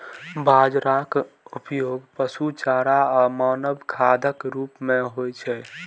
बाजराक उपयोग पशु चारा आ मानव खाद्यक रूप मे होइ छै